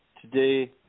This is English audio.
today